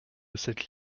cette